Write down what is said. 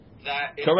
Correct